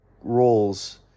roles